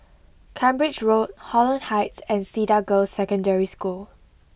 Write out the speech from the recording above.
Cambridge Road Holland Heights and Cedar Girls' Secondary School